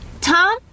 Tom